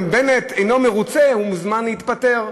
"אם בנט אינו מרוצה, הוא מוזמן להתפטר".